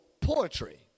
poetry